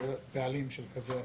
קטנים לרישיון ולהיתר.